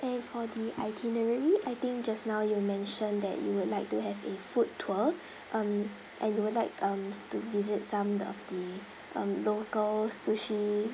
and for the itinerary I think just now you mention that you would like to have a food tour um and you would like um to visit some of the um local sushi